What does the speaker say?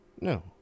No